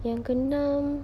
yang keenam